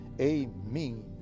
amen